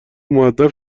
مودب